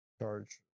Charge